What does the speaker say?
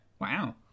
wow